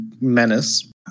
menace